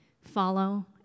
follow